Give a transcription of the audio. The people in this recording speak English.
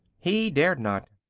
he dared not.